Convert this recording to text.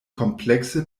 komplexe